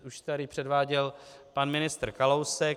Už tady předváděl pan ministr Kalousek.